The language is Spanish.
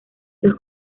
los